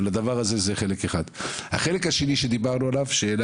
החלק השני עליו דיברנו, נושא שהעלה